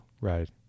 Right